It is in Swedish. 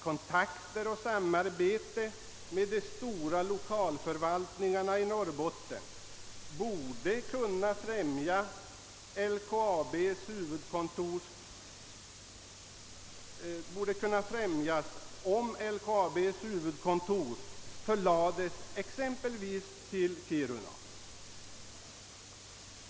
Kontakter och samarbete med de stora lokalförvaltningarna i Norrbotten borde kunna främjas om LKAB:s huvudkontor förlades exempelvis till Kiruna.